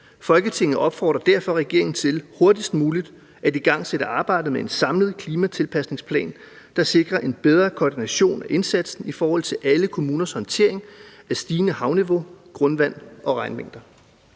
Folketinget opfordrer derfor regeringen til hurtigst muligt at igangsætte arbejdet med en samlet klimatilpasningsplan, der sikrer en bedre koordination af indsatsen i forhold til alle kommuners håndtering af stigende havniveau, grundvand og regnmængder.«